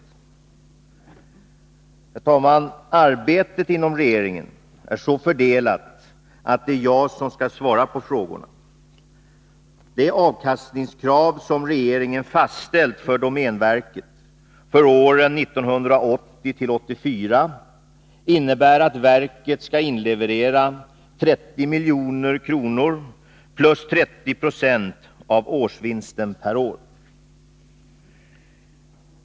Arbetet inom regeringen är så fördelat att det är jag som skall svara på frågorna. Det avkastningskrav som regeringen fastställt för domänverket för åren 1980-1984 innebär att verket skall inleverera 30 milj.kr. plus 30 96 av årsvinsten per år.